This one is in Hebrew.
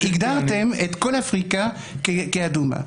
הגדרתם את כל אפריקה כאדומה.